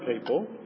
people